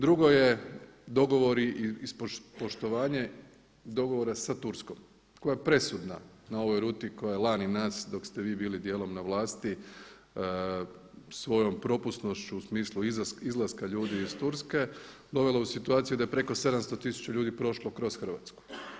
Drugo je dogovori i poštovanje dogovora sa Turskom koja je presudna na ovoj ruti koja je lani nas dok ste vi bili dijelom na vlasti svojom propusnošću u smislu izlaska ljudi iz Turske dovela u situaciju da je preko 700 tisuća ljudi prošlo kroz Hrvatsku.